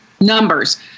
numbers